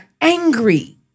angry